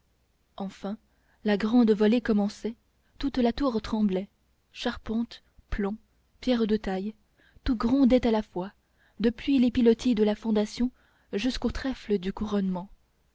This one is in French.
enfin la grande volée commençait toute la tour tremblait charpentes plombs pierres de taille tout grondait à la fois depuis les pilotis de la fondation jusqu'aux trèfles du couronnement